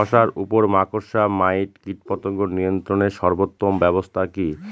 শশার উপর মাকড়সা মাইট কীটপতঙ্গ নিয়ন্ত্রণের সর্বোত্তম ব্যবস্থা কি?